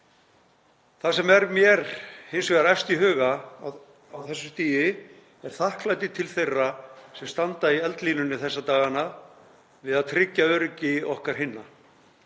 Það sem er mér hins vegar efst í huga á þessu stigi er þakklæti til þeirra sem standa í eldlínunni þessa dagana við að tryggja öryggi okkar hinna.